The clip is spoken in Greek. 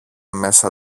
μέσα